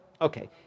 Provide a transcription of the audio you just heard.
Okay